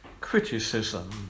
criticism